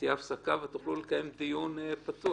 תהיה הפסקה ותוכלו לקיים דיון פתוח.